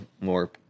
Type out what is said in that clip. more